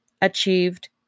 achieved